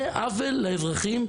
זה עוול לאזרחים.